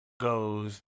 goes